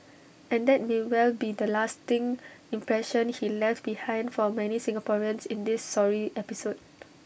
and that may well be the lasting impression he left behind for many Singaporeans in this sorry episode